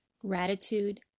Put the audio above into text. gratitude